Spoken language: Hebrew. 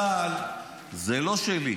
צה"ל זה לא שלי,